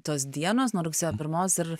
tos dienos nuo rugsėjo pirmos ir